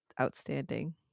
outstanding